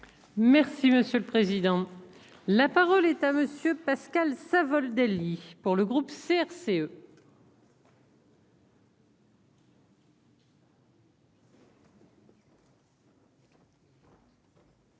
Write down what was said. Merci monsieur le président, la parole est à monsieur Pascal Savoldelli pour le groupe CRCE. Maître